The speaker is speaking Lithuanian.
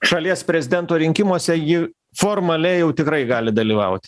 šalies prezidento rinkimuose ji formaliai jau tikrai gali dalyvauti